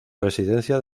residencia